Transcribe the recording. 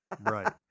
right